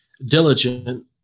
diligent